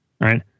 Right